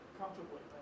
comfortably